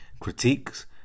Critiques